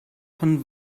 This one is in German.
von